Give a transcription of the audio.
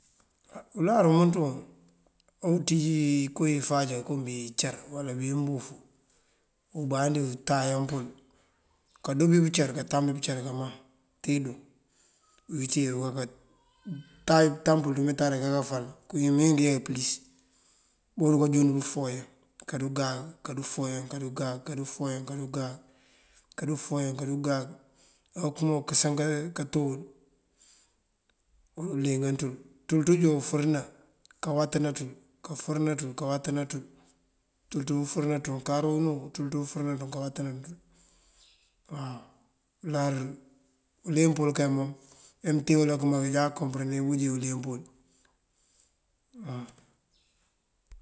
Á uláar umënţun ontíj inko ifácal kom bí incar uwala bí mbufú, ombandí etayan pul. Kabídoo pëcar untani pëcar kamaŋ tedun uwíiţe kantan pël ţí umetari akaka fal këwín míingiye pëtíis. Bunkërú jund pëfooyan, korëngal korufooyan, korëngal korufooyan, korëngal korufooyan, korëngal okëma unkësan kato wul unlingan ţël. Ţul ţí unjoon ufërëna, kawatëna ţul kafërëna ţul, kawatëna ţul. Ţul ţí unjoon ufërëna ţun karo unú ţul ţí uwatëna. Aw uláar uleemp wël kay mom ajá mënteen wul këmaŋ kajawalir uleemp wul mëndi koopëndir.